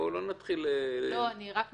אני רק מציפה.